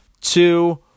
two